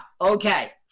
okay